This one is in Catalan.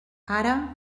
ara